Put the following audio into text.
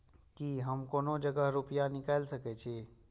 की हम कोनो जगह रूपया निकाल सके छी?